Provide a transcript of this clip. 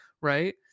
right